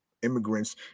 immigrants